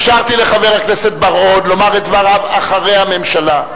אפשרתי לחבר הכנסת בר-און לומר את דבריו אחרי הממשלה,